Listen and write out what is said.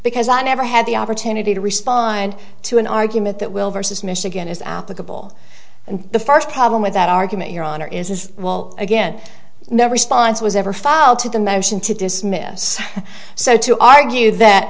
because i never had the opportunity to respond to an argument that will vs michigan is applicable and the first problem with that argument your honor is is well again never spawns was ever filed to the motion to dismiss so to argue